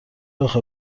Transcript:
آخه